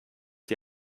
die